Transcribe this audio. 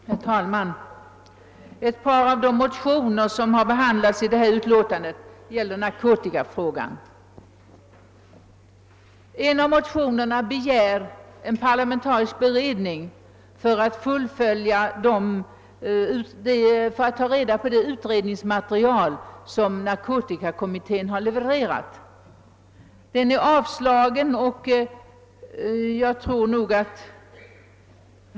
Herr talman! Ett par av de motioner som behandlas i förevarande utlåtande gäller narkotikafrågan. I en av motionerna begärs en parlamentarisk beredning för att ta reda på det utredningsmaterial som narkomanvårdskommittén har levererat. Detta motionsyrkande har avstyrkts.